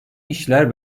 işler